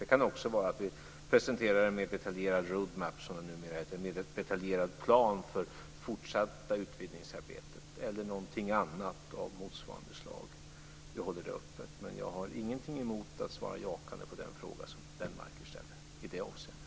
Det kan också vara att vi presenterar road map, som det numera heter, en mera detaljerad plan för det fortsatta utvigdningsarbetet eller någonting annat av motsvarande slag. Vi håller det öppet, men jag har ingenting emot att svara jakande på den fråga som Lennmarker ställer i det avseendet.